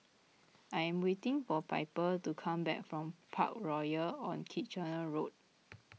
I am waiting for Piper to come back from Parkroyal on Kitchener Road